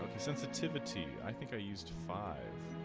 like insensitivity i think i used five